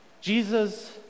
Jesus